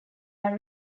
are